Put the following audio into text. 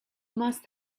must